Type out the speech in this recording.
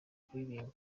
kuririmba